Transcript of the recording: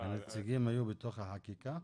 הרכב המליאה?